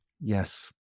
Yes